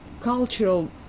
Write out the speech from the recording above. cultural